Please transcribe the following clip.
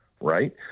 right